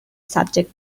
subject